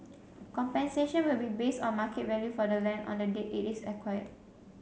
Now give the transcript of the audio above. compensation will be based on market value for the land on the date it is acquired